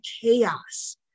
chaos